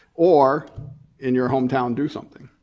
or in your hometown do something,